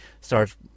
starts